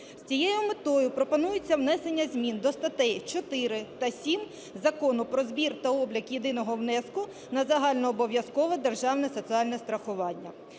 З цією метою пропонується внесення змін до статей 4 та 7 Закону "Про збір та облік єдиного внеску на загальнообов’язкове державне соціальне страхування".